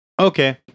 Okay